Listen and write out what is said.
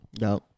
No